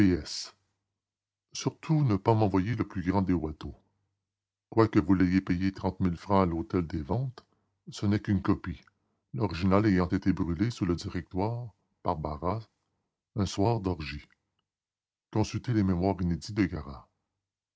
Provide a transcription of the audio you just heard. surtout ne pas m'envoyer le plus grand des watteau quoique vous l'ayez payé trente mille francs à l'hôtel des ventes ce n'est qu'une copie l'original ayant été brûlé sous le